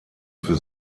für